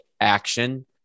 action